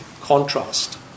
contrast